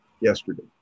yesterday